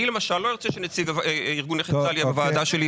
אני למשל לא ארצה שנציג ארגון נכי צה"ל יהיה בוועדה שלי,